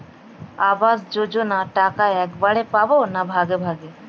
আবাস যোজনা টাকা একবারে পাব না ভাগে ভাগে?